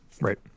Right